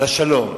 לשלום.